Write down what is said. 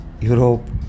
Europe